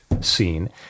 scene